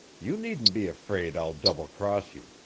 you needn't be afraid i'll double cross you.